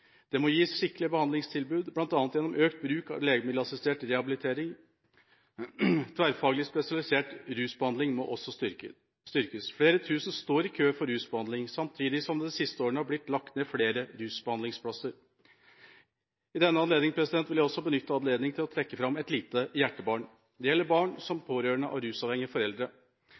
Det må gis skikkelige behandlingstilbud, bl.a. gjennom økt bruk av legemiddelassistert rehabilitering. Tverrfaglig spesialisert rusbehandling må også styrkes. Flere tusen står i kø for rusbehandling, samtidig som det de siste årene har blitt lagt ned flere rusbehandlingsplasser. Jeg vil også benytte anledningen til å trekke fram et lite hjertebarn. Det gjelder barn som pårørende av rusavhengige foreldre.